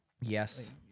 Yes